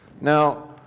Now